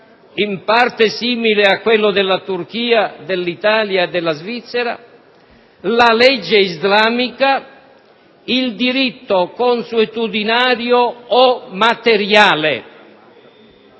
(in parte simile a quello della Turchia, dell'Italia e della Svizzera), la legge islamica e il diritto consuetudinario o «materiale».